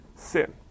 sin